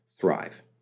thrive